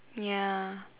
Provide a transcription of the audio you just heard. ya